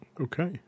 Okay